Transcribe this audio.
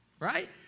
Right